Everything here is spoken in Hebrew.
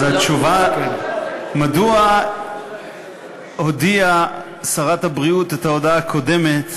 אז את התשובה מדוע הודיעה שרת הבריאות את ההודעה הקודמת